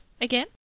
again